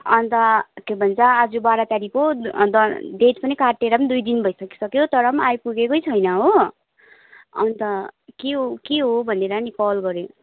अन्त के भन्छ आज बाह्र तारिक हो अन्त डेट पनि काटेर पनि दुई दिन भइसकिसक्यो तर पनि आइपुगेकै छैन हो अन्त के हो के हो भनेर नि कल गरेको